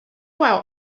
out